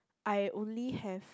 I only have